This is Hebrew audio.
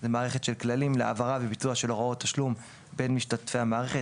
היא מערכת של כללים להעברה ולביצוע של הוראות תשלום בין משתתפי המערכת.